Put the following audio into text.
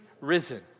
risen